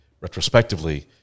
retrospectively